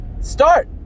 Start